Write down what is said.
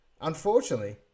Unfortunately